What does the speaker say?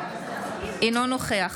אינו נוכח